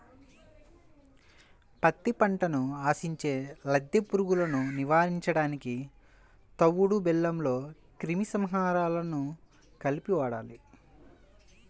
పత్తి పంటను ఆశించే లద్దె పురుగులను నివారించడానికి తవుడు బెల్లంలో క్రిమి సంహారకాలను కలిపి వాడాలి